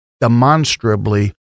demonstrably